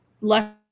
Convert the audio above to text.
left